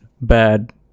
bad